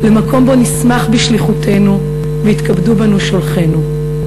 למקום שבו נשמח בשליחותנו ויתכבדו בנו שולחינו.